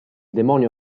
demonio